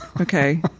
okay